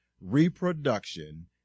reproduction